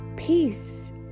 Peace